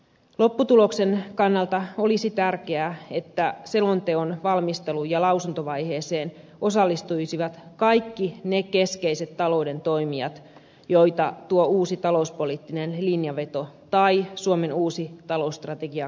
lopputuloksen kannalta olisi tärkeää että selonteon valmistelu ja lausuntovaiheeseen osallistuisivat kaikki ne keskeiset talouden toimijat joita tuo uusi talouspoliittinen linjaveto tai suomen uusi talousstrategia koskee